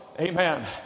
amen